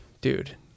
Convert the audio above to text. dude